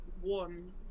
one